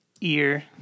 ear